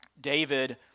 David